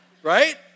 Right